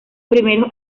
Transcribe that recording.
primeros